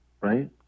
right